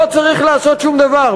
לא צריך לעשות שום דבר,